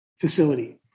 facility